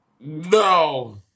No